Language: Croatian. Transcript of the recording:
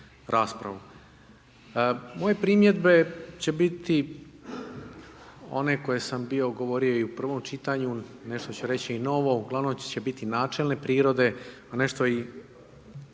Moje primjedbe će biti one koje sam bio govorio i u prvom čitanju, nešto ću reći i novo, ugl. će biti načelne prirode, a nešto i